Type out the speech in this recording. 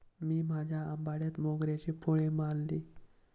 मी माझ्या आंबाड्यात मोगऱ्याची फुले माळली